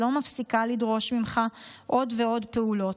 שלא מפסיקה לדרוש ממך עוד ועוד פעולות.